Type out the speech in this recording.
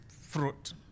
fruit